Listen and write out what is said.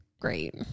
great